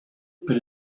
but